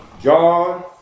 John